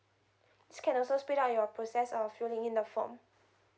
this can also speed up your process of filling in the form